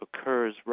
occurs